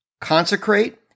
consecrate